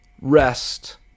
rest